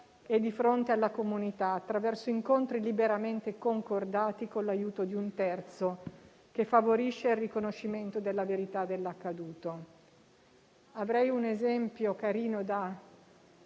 e di fronte alla comunità, attraverso incontri liberamente concordati, con l'aiuto di un terzo che favorisce il riconoscimento della verità dell'accaduto. Avrei un esempio carino da